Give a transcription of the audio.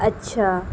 اچھا